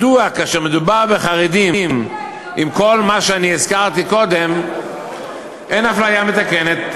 מדוע כאשר מדובר בחרדים עם כל מה שאני הזכרתי קודם אין אפליה מתקנת,